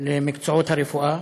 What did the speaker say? למקצועות הרפואה.